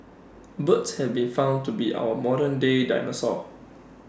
birds have been found to be our modern day dinosaurs